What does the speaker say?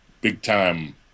big-time